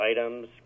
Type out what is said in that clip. items